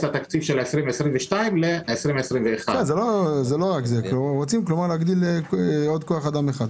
התקציב של 2020 לשנת 2021. רוצים להגדיל עוד כוח אדם אחד.